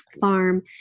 farm